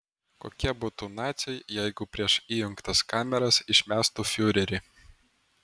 kokie būtų naciai jeigu prieš įjungtas kameras išmestų fiurerį